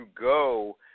go